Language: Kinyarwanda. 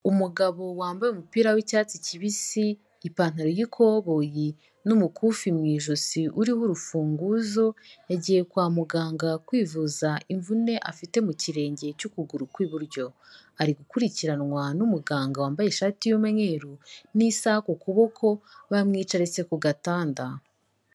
Umugabo wambaye umupira w'icyatsi kibisi, ipantaro y'ikoboyi n'umukufi mu ijosi uriho urufunguzo, yagiye kwa muganga kwivuza imvune afite mu kirenge cy'ukuguru kw'iburyo. Ari gukurikiranwa n'umuganga wambaye ishati y'umweru n'isaha ku kuboko, bamwicaritse ku gatanda.